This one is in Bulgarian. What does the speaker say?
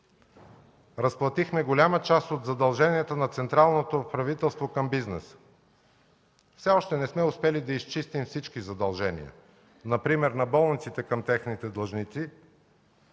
Разплатихме голяма част от задълженията на централното правителство към бизнеса. Все още не сме успели да изчистим всички задължения. Например на болниците към техните длъжници,